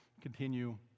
continue